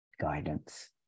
guidance